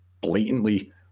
blatantly